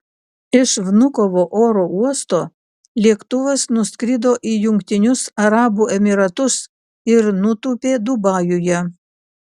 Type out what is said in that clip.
iš vnukovo oro uosto lėktuvas nuskrido į jungtinius arabų emyratus ir nutūpė dubajuje